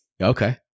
Okay